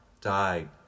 died